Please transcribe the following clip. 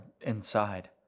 inside